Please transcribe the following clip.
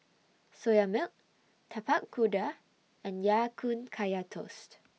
Soya Milk Tapak Kuda and Ya Kun Kaya Toast